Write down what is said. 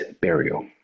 burial